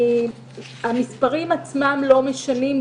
המספרים עצמם לא משנים,